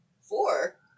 Four